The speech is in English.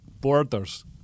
Borders